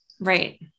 Right